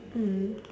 mm